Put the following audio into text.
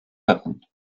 werden